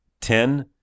Ten